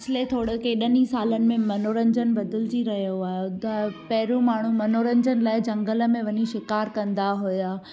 पिछिले थोरे केॾनि ई सालनि में मनोरंजन बदिलजी रहियो आहे ॿुधायो पहिरियों माण्हू मनोरंजन लाइ झंगल में वञी शिकार कंदा हुआ